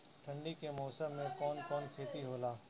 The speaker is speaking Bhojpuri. ठंडी के मौसम में कवन कवन खेती होला?